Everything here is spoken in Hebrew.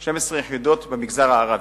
12 יחידות במגזר הערבי,